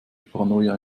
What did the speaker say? paranoia